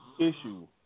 issue